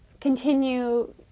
continue